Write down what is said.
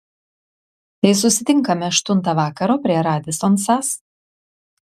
tai susitinkame aštuntą vakaro prie radisson sas